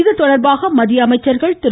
இதுதொடர்பாக மத்திய அமைச்சர்கள் திரு